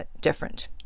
different